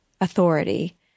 authority